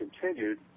continued